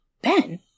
Ben